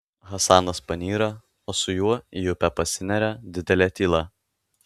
hasanas panyra o su juo į upę pasineria didelė tyla